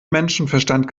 menschenverstand